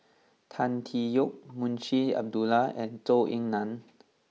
Tan Tee Yoke Munshi Abdullah and Zhou Ying Nan